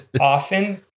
often